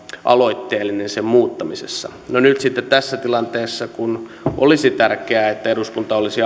aloitteellinen sen muuttamisessa no nyt sitten tässä tilanteessa kun olisi tärkeää että eduskunta olisi